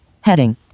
Heading